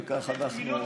וכך אנחנו ננהל,